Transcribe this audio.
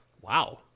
wow